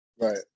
Right